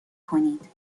کنید